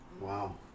Wow